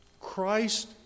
christ